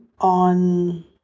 on